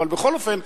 אבל בכל אופן,